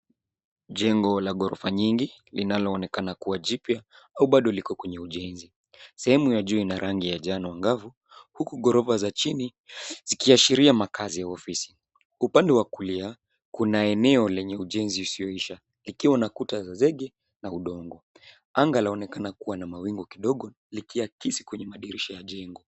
Jengo la ghorofa nyingi linaloonekana kuwa jipya au bado liko kwenye ujenzi. Sehemu ya juu ina rangi ya njano ngavu huku ghorofa za chini zikiashiria makazi ya ofisi. Upande wa kulia kuna eneo lenye ujenzi usioisha likiwa na kuta za zege na udongo. Anga laonekana kuwa na mawingu kidogo likiakisi kwenye madirisha ya jengo.